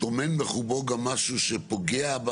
טומן בחובו גם משהו שפוגע,